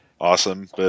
awesome